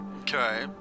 Okay